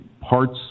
parts